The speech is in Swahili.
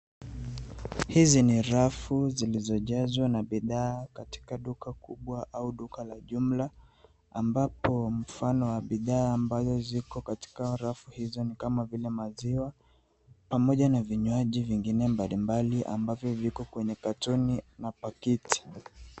Hizi ni rafu zilizojazwa na bidhaa katika duka kubwa au duka la jumla ambapo mfano wa bidhaa ambazo ziko katika rafu hizo ni kama vile maziwa pamoja na vinywaji vingine mbalimbali ambavyo viko kwenye katoni na pakiti.